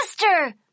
Master